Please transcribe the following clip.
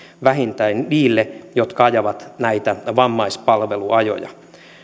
vähintään niille jotka ajavat näitä vammaispalveluajoja